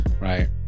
right